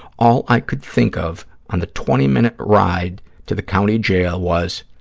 all i could think of on the twenty minute ride to the county jail was,